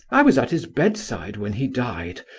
i was at his bedside when he died,